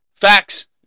Facts